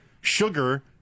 sugar